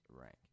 rank